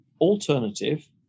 alternative